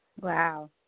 Wow